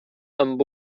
amb